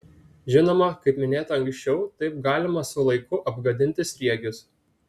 žinoma kaip minėta anksčiau taip galima su laiku apgadinti sriegius